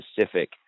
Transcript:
specific